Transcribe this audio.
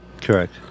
Correct